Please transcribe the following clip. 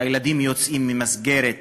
הילדים יוצאים ממסגרת